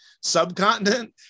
subcontinent